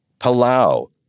Palau